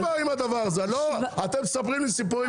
מספיק כבר עם הדבר הזה, אתם מספרים לי סיפורים.